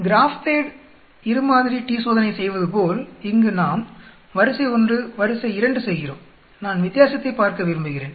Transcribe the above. GraphPad இருமாதிரி t சோதனை செய்வதுபோல் இங்கு நாம் வரிசை 1 வரிசை 2 செய்கிறோம் நான் வித்தியாசத்தை பார்க்க விரும்புகிறேன்